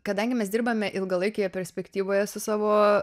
kadangi mes dirbame ilgalaikėje perspektyvoje su savo